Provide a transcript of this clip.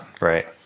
Right